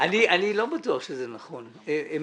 אפילו לא דורש תיקון בפקודה.